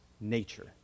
nature